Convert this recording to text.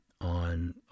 on